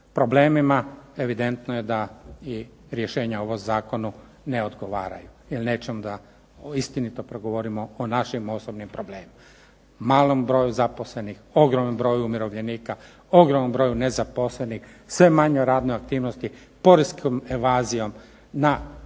problemima evidentno je da i rješenja u ovom zakonu ne odgovaraju jer nećemo da istinito progovorimo o našim osobnim problemima – malom broju zaposlenih, ogromnom broju umirovljenika, ogromnom broju nezaposlenih, sve manjoj radnoj aktivnosti, poreskom invazijom na ja